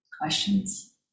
Questions